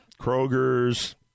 Kroger's